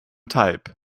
type